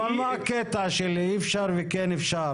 אבל מה הקטע של אי אפשר וכן אפשר?